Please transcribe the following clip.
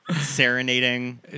serenading